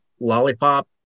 Lollipop